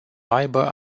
aibă